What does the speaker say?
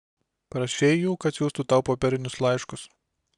prašei jų kad siųstų tau popierinius laiškus